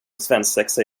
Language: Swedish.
svensexa